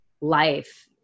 life